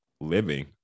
living